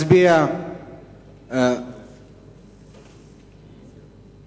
מצביע בעד